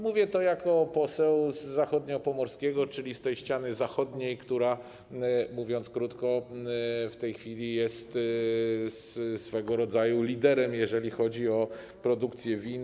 Mówię to jako poseł z Zachodniopomorskiego, czyli ściany zachodniej, która mówiąc krótko, w tej chwili jest swego rodzaju liderem, jeżeli chodzi o produkcję win.